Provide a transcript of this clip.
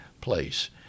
place